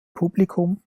publikum